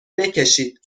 بکشید